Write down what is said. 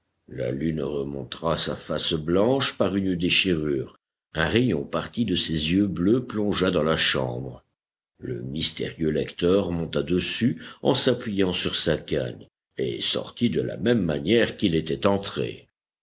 la lune remontra sa face blanche par une déchirure un rayon parti de ses yeux bleus plongea dans la chambre le mystérieux lecteur monta dessus en s'appuyant sur sa canne et sortit de la même manière qu'il était entré